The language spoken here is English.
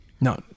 No